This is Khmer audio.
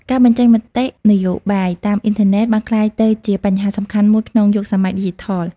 ការបញ្ចេញមតិនយោបាយតាមអ៊ីនធឺណិតបានក្លាយទៅជាបញ្ហាសំខាន់មួយក្នុងយុគសម័យឌីជីថល។